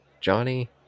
johnny